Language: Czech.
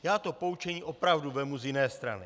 Já to poučení opravdu vezmu z jiné strany.